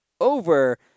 over